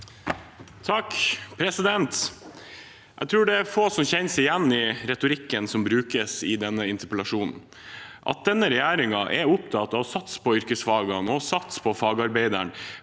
(A) Jeg tror det er få som kjenner seg igjen i retorikken som brukes i denne interpellasjonen. At denne regjeringen er opptatt av å satse på yrkesfagene og satse på fagarbeideren,